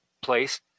place